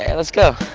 and let's go.